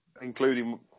including